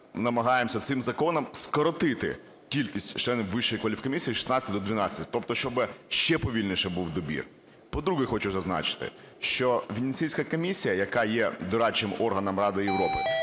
намагаємося цим законом скоротити кількість членів Вищої кваліфкомісії з 16 до 12, тобто щоби ще повільніше був добір. По-друге, хочу зазначити, що Венеціанська комісія, яка є дорадчим органом Ради Європи,